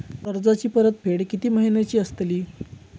कर्जाची परतफेड कीती महिन्याची असतली?